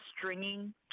stringing